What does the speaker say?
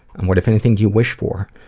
and what, if anything, do you wish for?